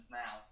now